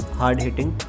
hard-hitting